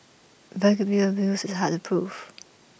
verbal abuse is hard proof